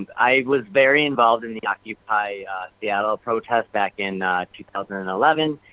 um i was very involved in in the occupy seattle protest, back in two thousand and eleven,